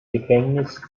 gefängnis